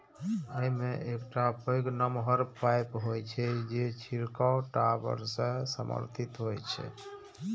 अय मे एकटा पैघ नमहर पाइप होइ छै, जे छिड़काव टावर सं समर्थित होइ छै